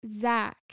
zach